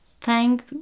thank